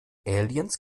aliens